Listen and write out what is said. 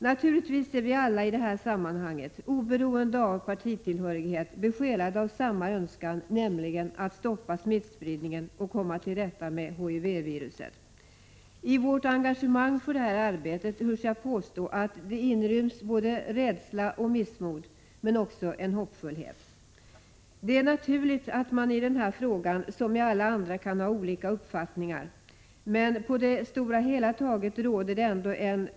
Naturligtvis är vi alla i detta sammanhang, oberoende av partitillhörighet, besjälade av samma önskan, nämligen att stoppa smittspridningen och komma till rätta med HIV-viruset. I vårt engagemang för detta arbete törs jag påstå att det inryms både rädsla och missmod men också en hoppfullhet. Det är naturligt att man i denna fråga, som i alla andra frågor, kan ha olika uppfattningar, men på det hela taget råder det ändå en ganska stor Prot.